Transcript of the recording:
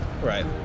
Right